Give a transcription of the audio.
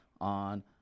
on